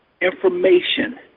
information